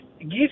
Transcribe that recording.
gives